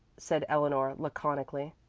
said eleanor laconically.